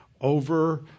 over